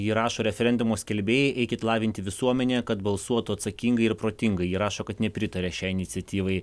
ji rašo referendumo skelbėjai eikit lavinti visuomenę kad balsuotų atsakingai ir protingai rašo kad nepritaria šiai iniciatyvai